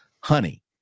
honey